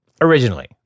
Originally